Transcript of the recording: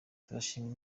turashima